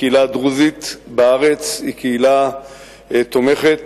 הקהילה הדרוזית בארץ היא קהילה תומכת,